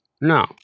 No